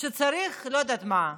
שצריך לא יודעת מה,